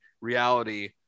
reality